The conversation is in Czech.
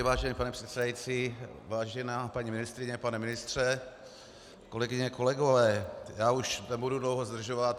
Vážený pane předsedající, vážená paní ministryně, pane ministře, kolegyně, kolegové, já už nebudu dlouho zdržovat.